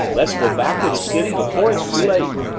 let's go back to the city before it's too late!